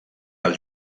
els